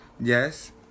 Yes